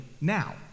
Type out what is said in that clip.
now